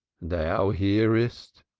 thou hearest?